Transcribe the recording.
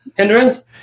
Hindrance